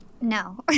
no